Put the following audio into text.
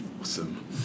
Awesome